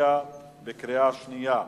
נצביע בקריאה שנייה.